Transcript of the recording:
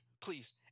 Please